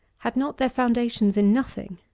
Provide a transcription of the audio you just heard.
had not their foundation in nothing.